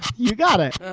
you got it!